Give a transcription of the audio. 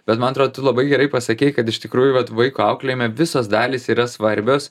bet man atrodo tu labai gerai pasakei kad iš tikrųjų vat vaiko auklėjime visos dalys yra svarbios